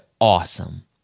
awesome